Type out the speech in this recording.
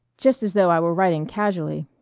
just as though i were writing casually